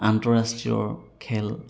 আন্তঃৰাষ্ট্ৰীয় খেল